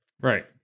Right